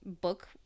book